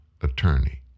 attorney